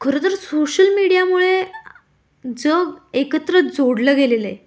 खरंतर सोशल मीडियामुळे जग एकत्र जोडलं गेलेलं आहे